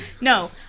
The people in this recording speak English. No